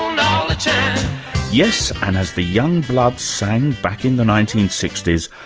um yes, and as the youngbloods sang back in the nineteen sixty s,